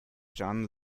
jeanne